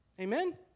amen